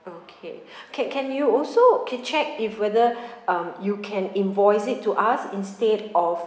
okay can can you also can check if whether um you can invoice it to us instead of